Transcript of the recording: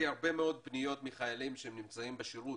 הרבה מאוד פניות מחיילים שנמצאים בשירות,